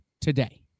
today